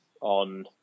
on